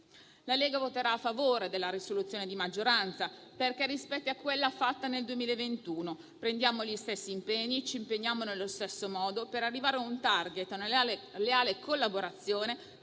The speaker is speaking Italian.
La Lega voterà a favore della proposta di risoluzione di maggioranza, perché rispecchia quella fatta nel 2021: prendiamo gli stessi impegni e ci impegniamo nello stesso modo per arrivare a un *target* e a una leale collaborazione